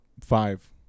five